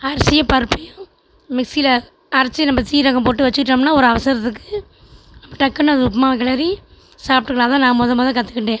அரிசியும் பருப்பையும் மிக்சியில் அரைச்சு நம்ம சீரகம் போட்டு வச்சுகிட்டோம்னா ஒரு அவசரத்துக்கு டக்குன்னு அது உப்புமாவை கிளறி சாப்பிடுக்கலாம் அது தான் நான் மொதல் மொதல் கற்றுக்கிட்டேன்